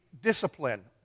discipline